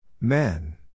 Men